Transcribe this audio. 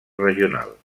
regional